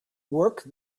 work